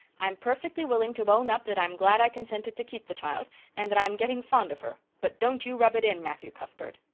i'm perfectly willing to own up that i'm glad i consented to keep the child and that i'm getting fond of her, but don't you rub it in, matthew cuthbert.